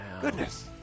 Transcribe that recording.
Goodness